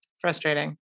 Frustrating